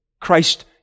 Christ